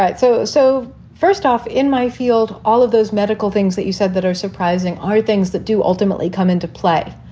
so so first off, in my field, all of those medical things that you said that are surprising are things that do ultimately come into play.